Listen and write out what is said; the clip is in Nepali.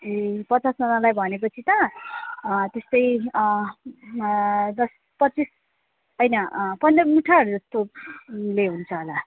ए पचासजनालाई भनेपछि त अँ त्यस्तै अँ अँ दस पच्चिस होइन पन्ध्र मुठाहरू जस्तोले हुन्छ होला